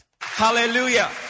Hallelujah